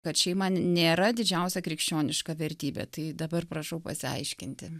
kad šeima n nėra didžiausia krikščioniška vertybė tai dabar prašau pasiaiškinti